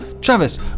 Travis